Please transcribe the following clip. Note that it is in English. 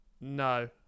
No